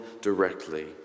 directly